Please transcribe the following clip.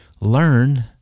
learn